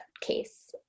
case